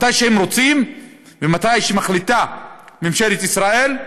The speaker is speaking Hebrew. מתי שהם רוצים ומתי שמחליטה ממשלת ישראל,